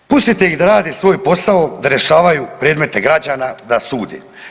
Pustite ih da rade svoj posao, da rješavaju predmete građana, da sude.